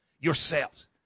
yourselves